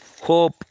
hope